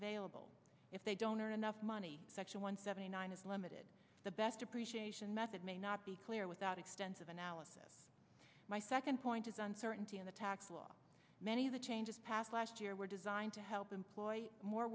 available if they don't earn enough money section one seventy nine is limited the best depreciation method may not be clear without extensive analysis my second point is uncertainty in the tax law many of the changes passed last year were designed to help employ more